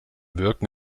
wirken